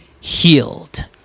healed